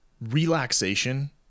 relaxation